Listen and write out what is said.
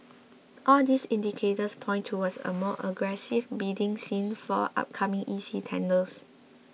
all these indicators point towards a more aggressive bidding scene for upcoming E C tenders